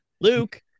Luke